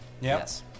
Yes